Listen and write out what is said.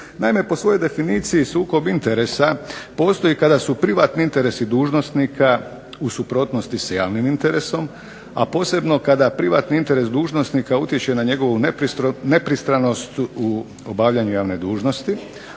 Naime, po svojoj definiciji sukob interesa postoji kada su privatni interesi dužnosnika u suprotnosti sa javnim interesom, a posebno kada privatni interes dužnosnika utječe na njegovu nepristranost u obavljanju javne dužnosti,